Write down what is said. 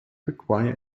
require